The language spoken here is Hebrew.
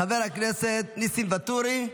חבר הכנסת ניסים ואטורי,